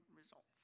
results